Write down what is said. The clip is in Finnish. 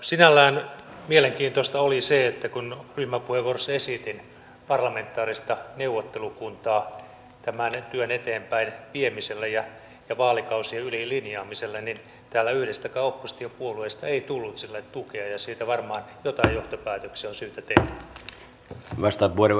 sinällään mielenkiintoista oli se että kun ryhmäpuheenvuorossa esitin parlamentaarista neuvottelukuntaa tämän työn eteenpäin viemiselle ja vaalikausien yli linjaamiselle niin täällä yhdestäkään oppositiopuolueesta ei tullut sille tukea ja siitä varmaan jotain johtopäätöksiä on syytä tehdä